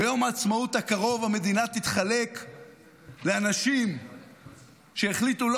ביום העצמאות הקרוב המדינה תתחלק לאנשים שהחליטו לא